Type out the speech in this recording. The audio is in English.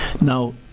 Now